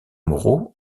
moreau